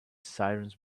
sirens